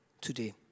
today